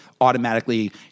automatically